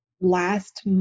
last